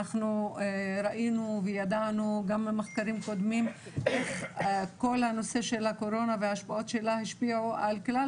ראינו וידענו גם ממחקרים קודמים איך הקורונה השפיעה על כלל